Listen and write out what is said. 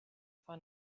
for